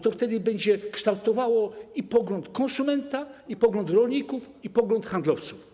To będzie kształtowało pogląd konsumenta, pogląd rolników i pogląd handlowców.